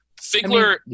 Figler